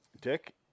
Dick